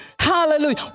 Hallelujah